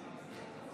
ממתי זה?